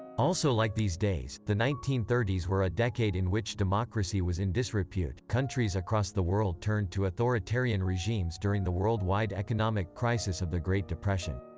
also like these days, the nineteen thirty s were a decade in which democracy was in disrepute countries across the world turned to authoritarian regimes during the worldwide economic crisis of the great depression.